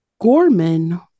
Gorman